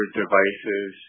devices